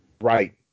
Right